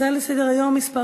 הצעה לסדר-היום מס'